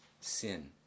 sin